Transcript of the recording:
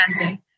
Okay